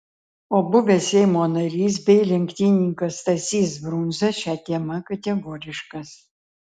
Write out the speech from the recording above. o buvęs seimo narys bei lenktynininkas stasys brundza šia tema kategoriškas